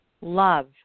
love